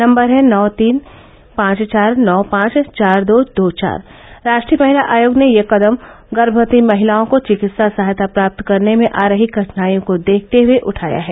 number है नौ तीन पांच चार नौ पांच चार दो दो चार राष्ट्रीय महिला आयोग ने यह कदम गर्मवती महिलाओं को चिकित्सा सहायता प्राप्त करने में आ रही कठिनाईयों को देखते हए उठाया है